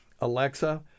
Alexa